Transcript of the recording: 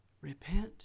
Repent